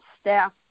staff